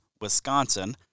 Wisconsin